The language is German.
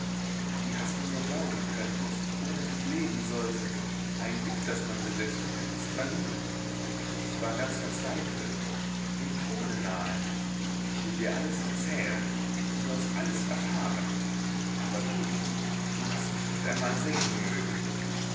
wie hast du nur glauben können daß ich ohne dich leben sollte ein glück das man besessen vergißt man nie ich war ganz verzweifelt dem tode nahe ich will dir alles erzählen du sollst alles erfahren aber du du hast mich nicht einmal sehen mögen